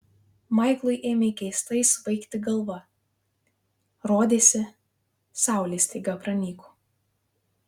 maiklui ėmė keistai svaigti galva rodėsi saulė staiga pranyko